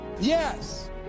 yes